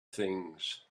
things